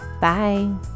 Bye